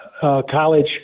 college